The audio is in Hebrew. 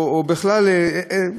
או בכלל אין,